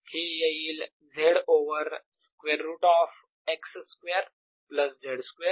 हे येईल z over square root of x square plus z square